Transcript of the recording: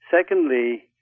Secondly